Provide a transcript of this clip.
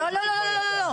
לא לא לא,